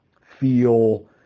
feel